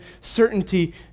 certainty